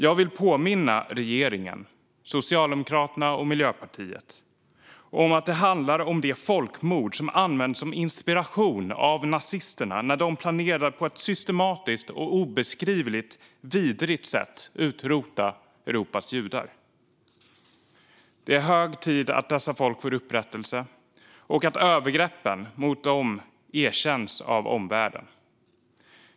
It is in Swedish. Jag vill påminna regeringen, Socialdemokraterna och Miljöpartiet, om det folkmord som användes som inspiration av nazisterna när de planerade att på ett systematiskt och obeskrivligt vidrigt sätt utrota Europas judar. Det är hög tid att dessa folk får upprättelse och att övergreppen mot dem erkänns av omvärlden.